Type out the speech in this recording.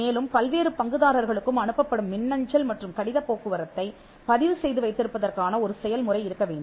மேலும் பல்வேறு பங்குதாரர்களுக்கும் அனுப்பப்படும் மின்னஞ்சல் மற்றும் கடிதப் போக்குவரத்தைப் பதிவு செய்து வைத்திருப்பதற்கான ஒரு செயல்முறை இருக்க வேண்டும்